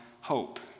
hope